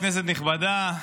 כנסת נכבדה,